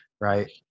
right